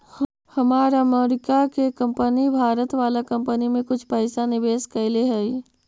हमार अमरीका के कंपनी भारत वाला कंपनी में कुछ पइसा निवेश कैले हइ